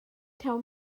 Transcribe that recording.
taw